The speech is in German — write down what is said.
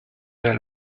der